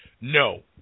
No